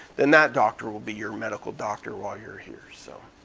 then that doctor will be your medical doctor while you're here, so.